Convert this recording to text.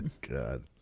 God